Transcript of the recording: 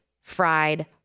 fried